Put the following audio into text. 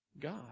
God